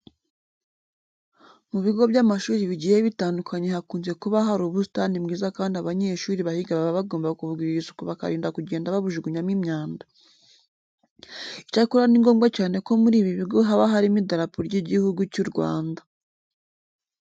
Mu bigo by'amashuri bigiye bitandukanye hakunze kuba hari ubusitani bwiza kandi abanyeshuri bahiga baba bagomba kubugirira isuku bakirinda kugenda babujugunyamo imyanda. Icyakora ni ngombwa cyane ko muri ibi bigo haba harimo idarapo ry'Igihugu cy'u Rwanda.